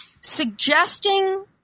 suggesting